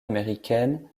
américaine